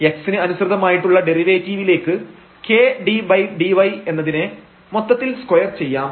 x ന് അനുസൃതമായിട്ടുള്ള ഡെറിവേറ്റീവിലേക്ക് k∂∂y എന്നതിനെ മൊത്തത്തിൽ സ്ക്വയർ ചെയ്യാം